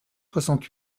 soixante